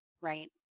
right